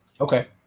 Okay